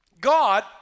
God